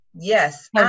Yes